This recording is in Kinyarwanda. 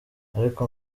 ariko